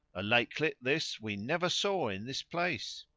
a lakelet this we never saw in this place.